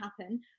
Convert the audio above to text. happen